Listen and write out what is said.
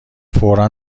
فورا